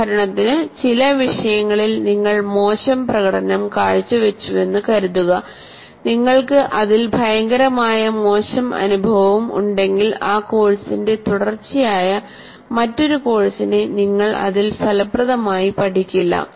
ഉദാഹരണത്തിന് ചില വിഷയങ്ങളിൽ നിങ്ങൾ മോശം പ്രകടനം കാഴ്ച വച്ചുവെന്നു കരുതുക നിങ്ങൾക്ക് അതിൽ ഭയങ്കരമായ മോശം അനുഭവവും ഉണ്ടെങ്കിൽ ആ കോഴ്സിന്റെ തുടർച്ചയായ മറ്റൊരു കോഴ്സിനെ നിങ്ങൾ അതിൽ ഫലപ്രദമായി പഠിക്കില്ല